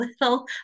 little